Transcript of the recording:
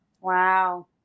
Wow